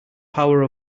power